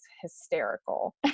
hysterical